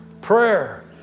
Prayer